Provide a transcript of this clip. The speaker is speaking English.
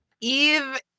Eve